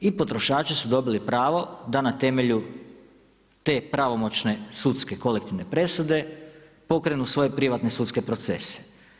I potrošači su dobili pravo da na temelju te pravomoćne sudske kolektivne presude pokrenu svoje privatne sudske procese.